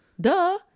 Duh